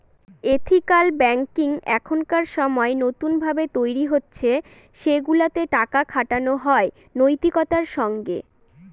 ethical banking এখনকার সময় নতুন ভাবে তৈরী হচ্ছে সেগুলাতে টাকা খাটানো হয় নৈতিকতার সঙ্গে